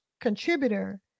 contributor